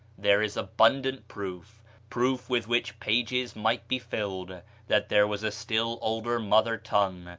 there is abundant proof proof with which pages might be filled that there was a still older mother-tongue,